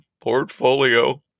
portfolio